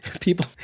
people